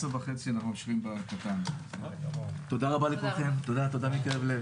תודה רבה לכולם, הישיבה נעולה.